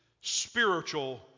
spiritual